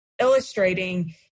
illustrating